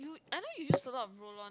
I know you use a lot of roll on